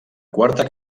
quarta